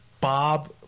Bob